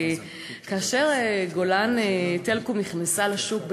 כאשר "גולן טלקום" נכנסה לשוק,